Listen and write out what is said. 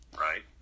Right